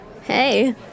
Hey